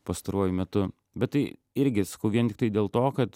pastaruoju metu bet tai irgi sakau vien tiktai dėl to kad